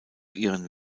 ihren